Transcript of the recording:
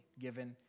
given